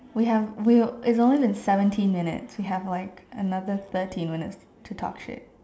we have will it's only been seventeen minutes we have like another thirteen minutes to talk shit